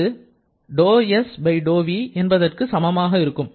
அது ∂s∂v என்பதற்கு சமமாக இருக்கும்